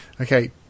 Okay